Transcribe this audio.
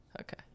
Okay